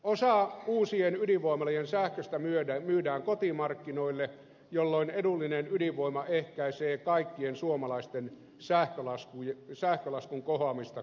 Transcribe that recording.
osa uusien ydinvoimaloiden sähköstä myydään kotimarkkinoille jolloin edullinen ydinvoima ehkäisee kaikkien suomalaisten sähkölaskun kohoamista kohtuuttomasti